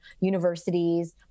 universities